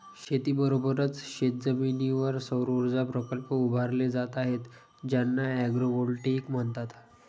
शेतीबरोबरच शेतजमिनीवर सौरऊर्जा प्रकल्प उभारले जात आहेत ज्यांना ॲग्रोव्होल्टेईक म्हणतात